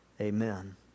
Amen